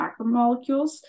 macromolecules